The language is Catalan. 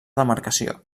demarcació